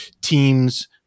teams –